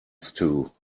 stew